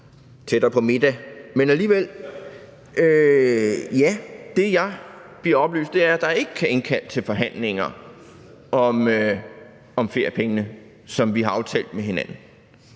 tættere på middag. Ja, det, jeg bliver oplyst om, er, at der ikke er indkaldt til forhandlinger om feriepengene, som vi har aftalt med hinanden.